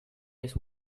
just